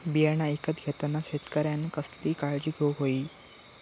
बियाणा ईकत घेताना शेतकऱ्यानं कसली काळजी घेऊक होई?